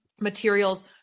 materials